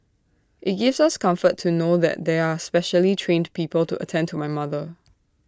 IT gives us comfort to know that there are specially trained people to attend to my mother